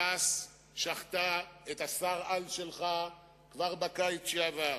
ש"ס שחטה את שר-העל שלך כבר בקיץ שעבר,